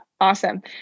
awesome